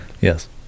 Yes